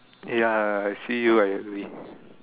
ya I see you I angry